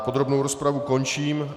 Podrobnou rozpravu končím.